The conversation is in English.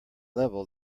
level